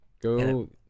Go